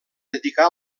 dedicà